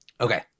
Okay